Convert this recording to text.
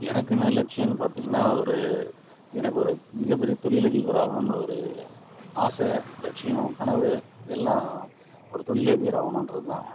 எனக்குனு லட்சியனு பார்த்திங்கனா ஒரு எனக்கொரு மிகப் பெரிய தொழில் அதிபராகணும்னு ஒரு ஆசை லட்சியம் கனவு இதெல்லாம் ஒரு தொழில் அதிபராணுன்றதுதான்